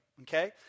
okay